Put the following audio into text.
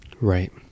Right